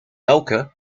elke